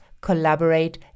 collaborate